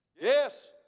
Yes